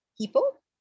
people